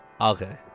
Okay